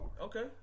Okay